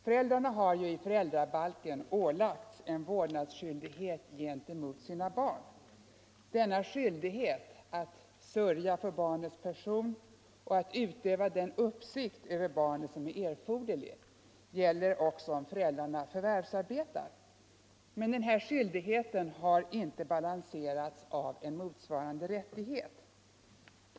Föräldrar har i föräldrabalken ålagts en vårdnadsskyldighet gentemot sina barn. Denna skyldighet att sörja för barnets person och att utöva den uppsikt över barnet som är erforderlig gäller också om föräldrarna förvärvsarbetar. Men denna skyldighet har inte balanserats av en motsvarande rättighet.